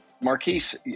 Marquise